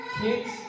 kids